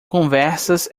conversas